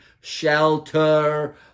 shelter